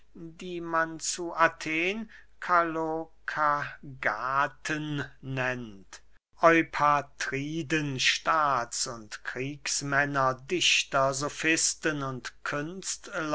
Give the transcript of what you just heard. die man zu athen kalokagathen nennt eupatriden staats und kriegsmänner dichter sofisten und